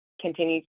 continue